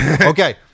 okay